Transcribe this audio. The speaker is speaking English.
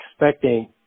expecting